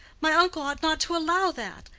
my uncle ought not to allow that.